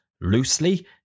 loosely